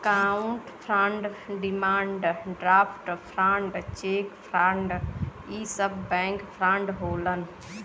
account fraud demand draft fraud cheque fraud इ सब bank fraud होलन